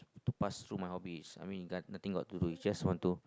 to pass through my hobbies I mean it got nothing got to do I just want to